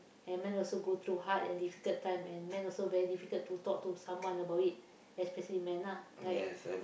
and man also go through hard and difficult time and man also very difficult to talk to someone about it especially man lah right